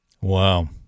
Wow